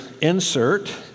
insert